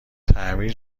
تعمیر